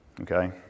okay